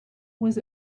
was